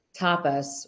tapas